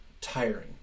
tiring